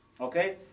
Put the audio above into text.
Okay